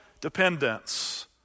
dependence